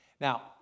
Now